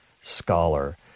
scholar